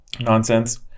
nonsense